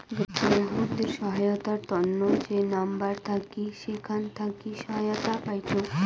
গ্রাহকদের সহায়তার তন্ন যে নাম্বার থাকি সেখান থাকি সহায়তা পাইচুঙ